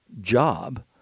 job